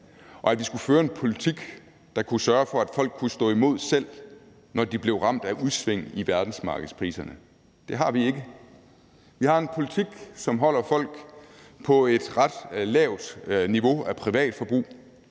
og at vi skulle føre en politik, der kunne sørge for, at folk selv kunne stå imod, når de blev ramt af udsving i verdensmarkedspriserne. Det har vi ikke. Vi har en politik, som holder folk på et ret lavt niveau af privatforbrug,